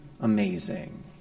amazing